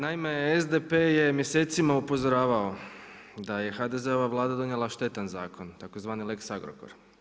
Naime, SDP je mjesecima upozoravao da je HDZ-ova Vlada donijela štetan zakon tzv. Lex Agrokor.